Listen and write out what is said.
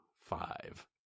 five